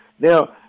Now